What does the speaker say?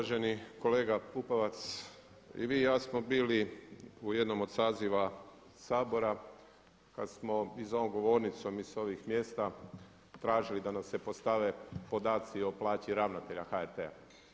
Uvaženi kolega Pupovac i vi i ja smo bili u jednom od saziva Sabora kad smo i za ovom govornicom i sa ovih mjesta tražili da nam se podstave podaci o plaći ravnatelja HRT-a.